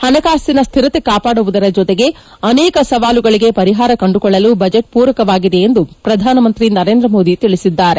ಹಣಕಾಸಿನ ಸ್ಕಿರತೆ ಕಾಪಾಡುವುದರ ಜೊತೆಗೆ ಅನೇಕ ಸವಾಲುಗಳಿಗೆ ಪರಿಹಾರ ಕಂಡುಕೊಳ್ಳಲು ಬಜೆಟ್ ಪೂರಕವಾಗಿದೆ ಎಂದು ಪ್ರಧಾನಮಂತ್ರಿ ನರೇಂದ್ರ ಮೋದಿ ತಿಳಿಸಿದ್ದಾರೆ